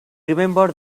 remembered